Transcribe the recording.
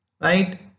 right